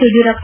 Yediyurappa